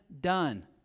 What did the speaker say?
done